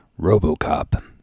RoboCop